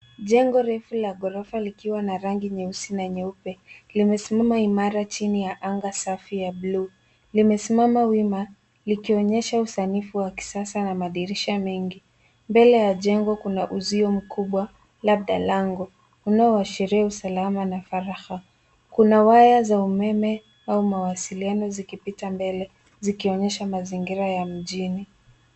Jengo refu la gorofa likiwa na rangi nyeusi na nyeupe. Limesimama imara chini ya anga safi ya bluu. Limesimama wima likionyesha usanifu wa kisasa na madirisha mengi. Mbele ya jengo kuna uzio mkubwa, labda lango unaoashiria usalama na faragha. Kuna waya za umeme au mawasiliano zikipita mbele, zikionyesha mazingira ya mjini.